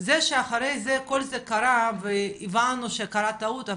זה שאחרי זה כל זה קרה והבנו שקרתה טעות,